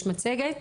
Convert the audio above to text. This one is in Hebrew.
יש מצגת.